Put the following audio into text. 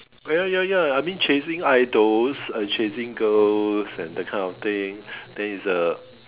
ya ya ya I mean chasing idols chasing girls and that kind of thing then is a